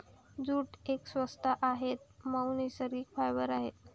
jute एक स्वस्त आणि मऊ नैसर्गिक फायबर आहे